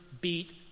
beat